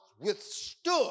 withstood